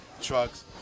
trucks